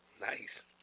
Nice